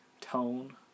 tone